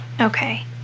Okay